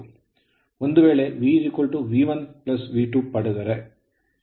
ಒಂದುವೇಳೆ V V1 V2 ಪಡೆದರೆ